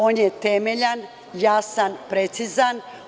On je temeljan, jasan, precizan.